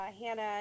Hannah